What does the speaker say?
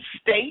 state